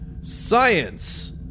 science